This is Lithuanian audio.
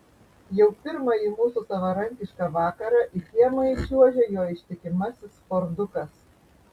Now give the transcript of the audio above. jau pirmąjį mūsų savarankišką vakarą į kiemą įčiuožia jo ištikimasis fordukas